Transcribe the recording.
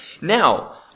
Now